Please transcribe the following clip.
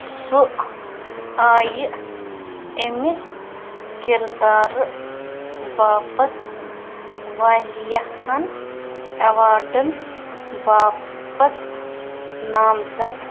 سُہ آیہِ اَمہِ کِردارٕ باپتھ واریٛاہَن ایوارڑن باپتھ نامزد